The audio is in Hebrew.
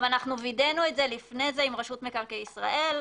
גם וידאנו את זה לפני זה עם רשות מקרקעי ישראל.